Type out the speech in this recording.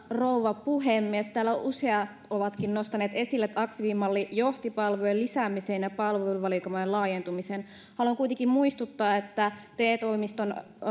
rouva puhemies täällä useat ovatkin nostaneet esille että aktiivimalli johti palvelujen lisäämiseen ja palveluvalikoiman laajentumiseen haluan kuitenkin muistuttaa että te toimiston